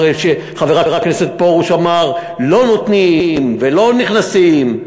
אחרי שחבר הכנסת פרוש אמר שלא נותנים ולא נכנסים,